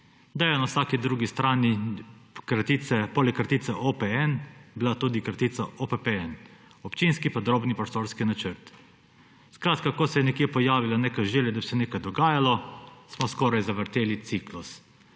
da je na vsaki drugi strani poleg kratice OPN, bila tudi kratica OPPN, Občinski podrobni prostorski načrt. Skratka, ko se je nekje pojavila neka želja, da bi se nekaj dogajalo, smo skoraj zavrteli ciklus